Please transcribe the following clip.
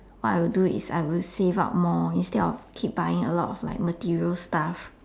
what I would do is I would save up more instead of keep buying a lot of like material stuff